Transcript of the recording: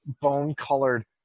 bone-colored